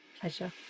Pleasure